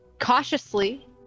cautiously